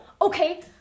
okay